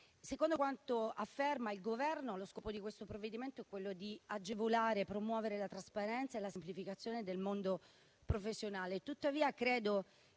Secondo quanto afferma il Governo, lo scopo del provvedimento è quello di agevolare e promuovere la trasparenza e la semplificazione del mondo professionale.